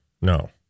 no